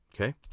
Okay